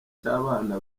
cy’abana